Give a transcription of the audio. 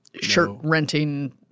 shirt-renting